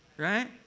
Right